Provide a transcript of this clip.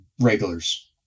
regulars